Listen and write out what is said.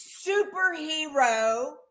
superhero